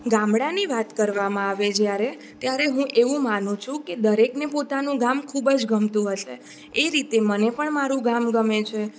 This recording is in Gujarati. ગામડાની વાત કરવામાં આવે જ્યારે ત્યારે હું એવું માનું છું કે દરેકને પોતાનું ગામ ખૂબ જ ગમતું હશે એ રીતે મને પણ મારું ગામ ગમે છે